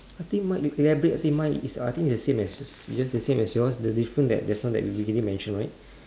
I think mine elaborate a bit I think mine is uh I think is the same as as as just the same as yours the difference that just now that we already mentioned right